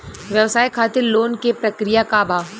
व्यवसाय खातीर लोन के प्रक्रिया का बा?